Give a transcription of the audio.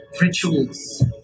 rituals